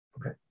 Okay